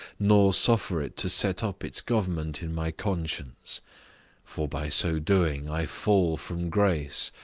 nor suffer it to set up its government in my conscience for by so doing, i fall from grace,